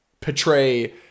portray